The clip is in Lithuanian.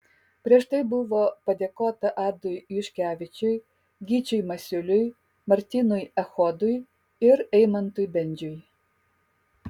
prieš tai buvo padėkota adui juškevičiui gyčiui masiuliui martynui echodui ir eimantui bendžiui